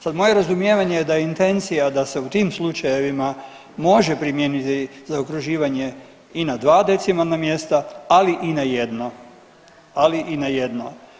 Sad moje razumijevanje je da je intencija da se u tim slučajevima može primijeniti zaokruživanje i na dva decimalna mjesta, ali i na jedno, ali i na jedno.